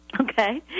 Okay